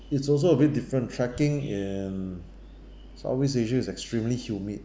it's also a bit different tracking in south east asia is extremely humid